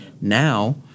Now